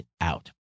out